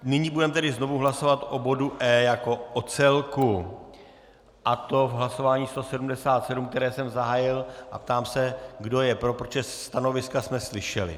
Nyní budeme tedy znovu hlasovat o bodu E jako o celku, a to v hlasování 177, které jsem zahájil, a ptám se, kdo je pro, protože stanoviska jsme slyšeli.